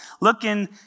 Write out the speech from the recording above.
looking